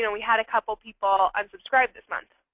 and we had a couple of people unsubscribe this month.